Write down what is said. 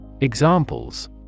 Examples